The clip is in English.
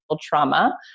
trauma